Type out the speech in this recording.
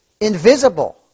Invisible